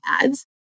ads